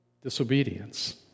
disobedience